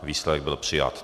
Výsledek byl přijat.